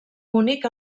únic